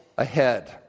ahead